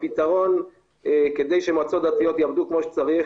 הפתרון כדי שמועצות דתיות יעבדו כמו שצריך